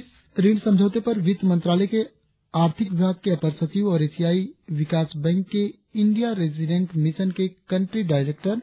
इस ऋण समझौते पर वित्त मंत्रालय के आर्थिक विभाग के अपर सचिव और एशियाई विकास बैंक के इंडिया रेसिडेंट मिशन के कंट्री डाईरेक्टर